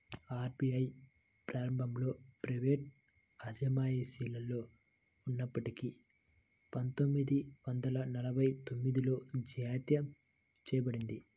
RBI ప్రారంభంలో private అజమాయిషిలో ఉన్నప్పటికీ పందొమ్మిది వందల నలభై తొమ్మిదిలో జాతీయం చేయబడింది